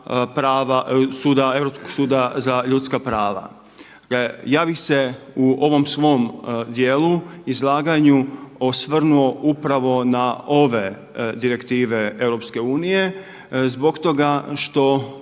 Europskog suda za ljudska prava. Ja bih se u ovom svom dijelu, izlaganju osvrnuo upravo na ove direktive EU zbog toga što